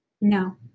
No